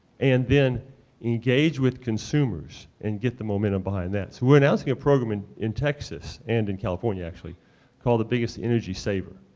and then engage with consumers and get the momentum behind that. so we're announcing a program in in texas and in california actually called the biggest energy saver.